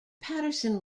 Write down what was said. patterson